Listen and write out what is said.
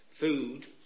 food